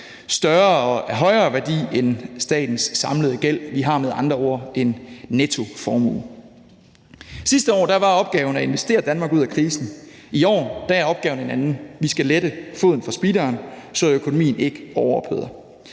i Ørsted, af højere værdi end statens samlede gæld. Vi har med andre ord en nettoformue. Sidste år var opgaven at investere Danmark ud af krisen, i år er opgaven en anden: Vi skal lette foden fra speederen, så økonomien ikke overopheder.